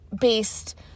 based